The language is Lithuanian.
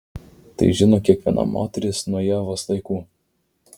tai žino kiekviena moteris nuo ievos laikų